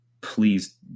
please